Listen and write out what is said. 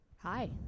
Hi